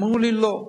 אמרו לי: לא.